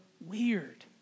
weird